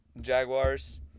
Jaguars